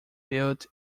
built